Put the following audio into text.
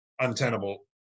untenable